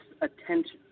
attention